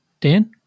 Dan